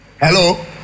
Hello